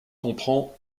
comprend